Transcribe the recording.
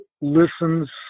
listens